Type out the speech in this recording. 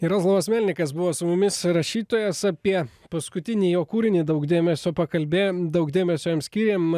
jaroslavas melnikas buvo su mumis rašytojas apie paskutinį jo kūrinį daug dėmesio pakalbėjom daug dėmesio jam skyrėm